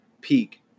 peak